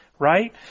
Right